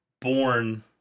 born